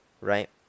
Right